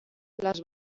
las